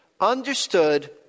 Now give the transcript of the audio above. understood